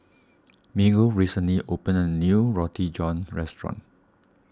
Miguel recently opened a new Roti John restaurant